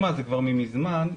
זה כבר מזמן.